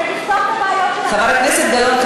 ותפתור את הבעיות, חברת הכנסת גלאון.